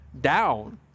down